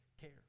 care